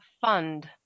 Fund